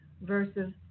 versus